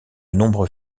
nombreux